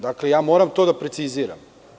Dakle, ja moram to da preciziram.